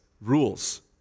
rules